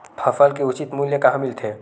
फसल के उचित मूल्य कहां मिलथे?